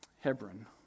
Hebron